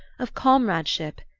of comradeship,